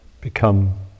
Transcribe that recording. become